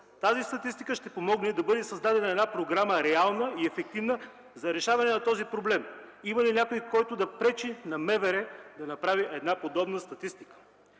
тази статистика ще помогне да бъде създадена една реална и ефективна програма за решаване на този проблем? Има ли някой, който да пречи на МВР да направи подобна статистика?